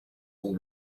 all